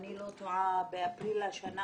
אני לא טועה באפריל השנה,